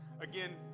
again